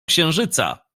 księżyca